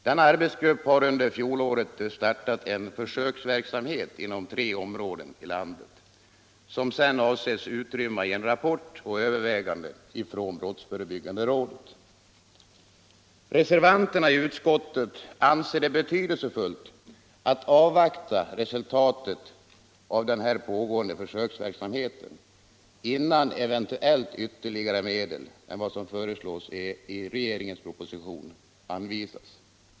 Denna arbetsgrupp har under fjolåret startat en försöksverksamhet inom tre områden i landet som sedan avses utmynna i en rapport och överväganden från brottsförebyggande rådet. Reservanterna i utskottet anser det betydelsefullt att avvakta resultatet av denna pågående försöksverksamhet, innan medel utöver dem som föreslås i regeringens proposition eventuellt anvisas.